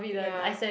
ya